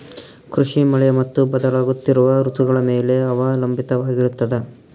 ಕೃಷಿ ಮಳೆ ಮತ್ತು ಬದಲಾಗುತ್ತಿರುವ ಋತುಗಳ ಮೇಲೆ ಅವಲಂಬಿತವಾಗಿರತದ